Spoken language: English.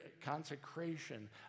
consecration